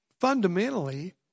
fundamentally